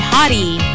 Hottie